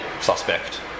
suspect